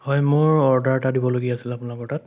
হয় মোৰ অৰ্ডাৰ এটা দিবলগীয়া আছিল আপোনালোকৰ তাত